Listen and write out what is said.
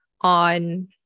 on